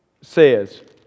says